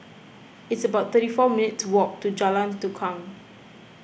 it's about thirty four minutes' walk to Jalan Tukang